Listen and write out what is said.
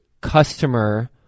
customer